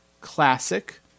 classic